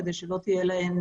כדי שלא יהיה להן,